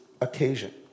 occasion